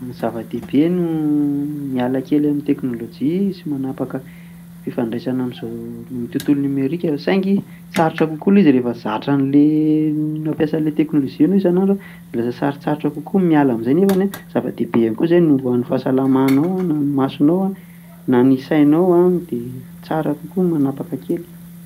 Zava-dehibe no miala kely amin'ny teknolojia sy manapaka fifandraisana amin'izao amin'ny tontolo numerika fa saingy sarotra kokoa ilay izy rehefa zatra an'ilay mampiasa an'ilay teknolojia ianao isan'andro dia lasa sarotsarotra kokoa ny miala amin'izay nefany zava-dehibe koa izay hoan'ny fahasalamanao, hoan'ny masonao na ny sainao, dia tsara kokoa no manapaka kely.